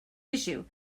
issue